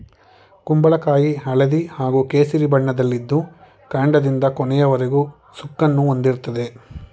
ಕುಂಬಳಕಾಯಿ ಹಳದಿ ಹಾಗೂ ಕೇಸರಿ ಬಣ್ಣದಲ್ಲಿದ್ದು ಕಾಂಡದಿಂದ ಕೊನೆಯವರೆಗೂ ಸುಕ್ಕನ್ನು ಹೊಂದಿರ್ತದೆ